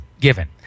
given